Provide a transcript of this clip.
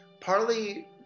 partly